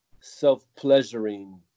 self-pleasuring